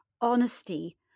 honesty